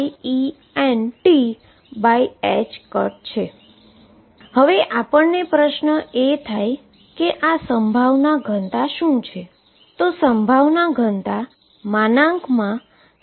તો હવે આપણને પ્રશ્ન એ થાય કે આ પ્રોબેબીલીટી ડેન્સીટી શું છે